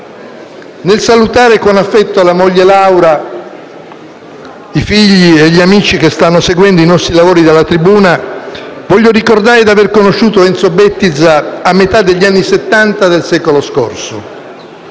Nel salutare con affetto la moglie Laura, i figli e gli amici che stanno seguendo i nostri lavori dalla tribuna, voglio ricordare che ho conosciuto Enzo Bettiza a metà degli anni Settanta del secolo scorso.